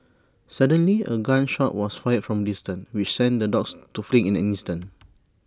suddenly A gun shot was fired from distance which sent the dogs to flee in an instant